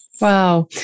Wow